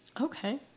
Okay